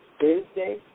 Thursday